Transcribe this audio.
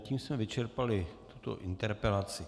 Tím jsme vyčerpali tuto interpelaci.